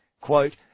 quote